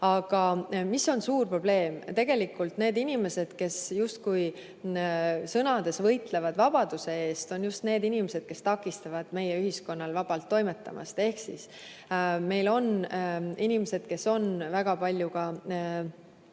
Aga mis on suur probleem? Tegelikult need inimesed, kes justkui sõnades võitlevad vabaduse eest, on just need inimesed, kes takistavad meie ühiskonnal vabalt toimetamast. Meil on väga paljud